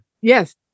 yes